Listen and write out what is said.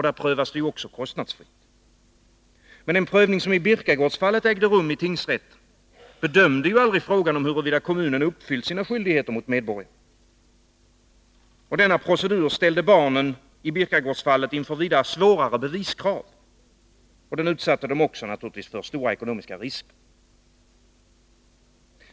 Den prövningen är kostnadsfri. Men när det gäller prövningen i Birkagårdsfallet, vilken ägde rum i tingsrätten, bedömdes aldrig frågan om huruvida kommunen uppfyllt sina skyldigheter gentemot medborgarna. I Birkagårdsfallet ställdes barnen inför vida svårare beviskrav i samband med denna procedur. Vidare utsattes barnen för stora ekonomiska risker.